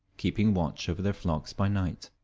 keeping watch over their flocks by night.